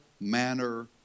manner